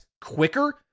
quicker